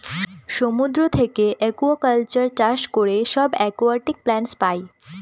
সমুদ্র থাকে একুয়াকালচার চাষ করে সব একুয়াটিক প্লান্টস পাই